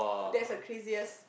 that's the craziest